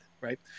right